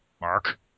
Mark